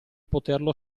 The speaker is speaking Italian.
poterlo